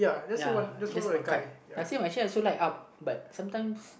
ya just one cut does he only light up but sometimes